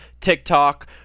TikTok